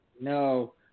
No